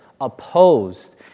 opposed